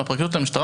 מהפרקליטות למשטרה,